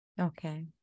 Okay